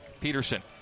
Peterson